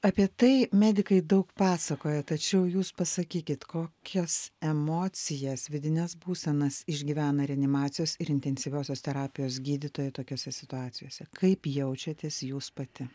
apie tai medikai daug pasakoja tačiau jūs pasakykit kokias emocijas vidines būsenas išgyvena reanimacijos ir intensyviosios terapijos gydytoja tokiose situacijose kaip jaučiatės jūs pati